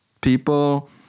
people